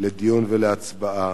לדיון ולהצבעה,